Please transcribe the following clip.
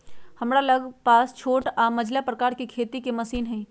हमरा लग पास छोट आऽ मझिला प्रकार के खेती के मशीन हई